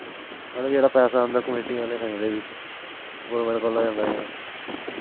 मतलव जेह्ड़ा पैसा आंदा कमेटी आह्ले आई दंदे बिच्च गोरमैंट कोला आंदा जेह्ड़ा